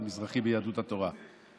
על מזרחי ביהדות התורה,